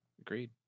Agreed